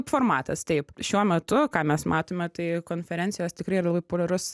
formatas taip šiuo metu ką mes matome tai konferencijos tikrai yra labai populiarus